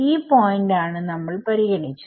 ഈ പോയിന്റ് ആണ് നമ്മൾ പരിഗണിച്ചത്